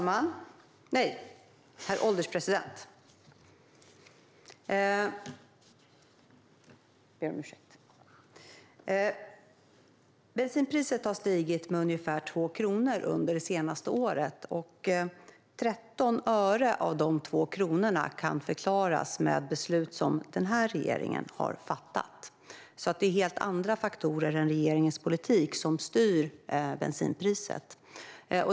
Herr ålderspresident! Bensinpriset har stigit med ungefär 2 kronor under det senaste året. Av dessa 2 kronor kan 13 öre förklaras av beslut som den här regeringen har fattat. Det är alltså helt andra faktorer än regeringens politik som styr bensinpriset.